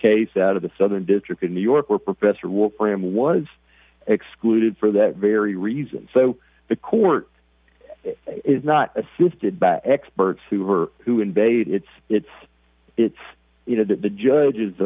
case out of the southern district in new york where professor wolfram was excluded for that very reason so the court is not assisted by experts hoover who invaded it's it's it's you know the judge